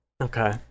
okay